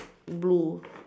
blue